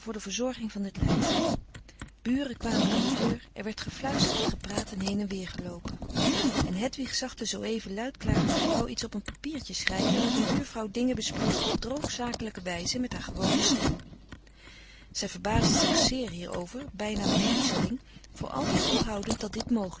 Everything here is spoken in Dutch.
de verzorging van het lijk buren kwamen aan de deur er werd gefluisterd en gepraat en heen en weer geloopen en hedwig zag de zooeven luid klagende vrouw iets op een papiertje schrijven en met een buurvrouw dingen bespreken op droog zakelijke wijze met haar gewone stem zij verbaasde zich zeer hierover bijna met griezeling voor altijd onthoudend dat dit